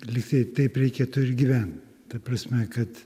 lygtai taip reikėtų ir gyvent ta prasme kad